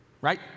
Right